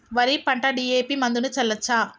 వరి పంట డి.ఎ.పి మందును చల్లచ్చా?